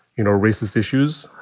you know, racist issues.